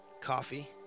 coffee